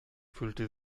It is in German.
fühlte